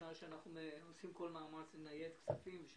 בשעה שאנחנו עושים כל מאמץ לנייד כספים כך